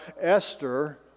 Esther